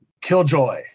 Killjoy